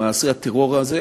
למעשה הטרור הזה,